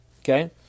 Okay